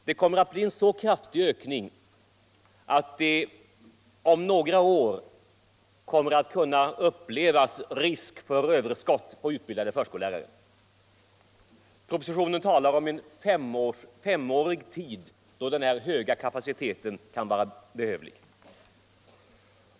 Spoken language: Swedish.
Det kommer att bli en så kraftig ökning att det om några år kanske finns överskott på utbildade förskollärare. Propositionen talar om en femårig tid då denna höga kapacitet kan vara behövlig.